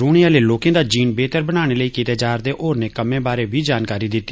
रौह्ने आह्ले लोकें दा जीन बेहतर बनाने लेई कीते जा'रदे होरने कम्में बारै बी जानकारी दित्ती